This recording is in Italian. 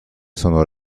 sono